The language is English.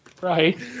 Right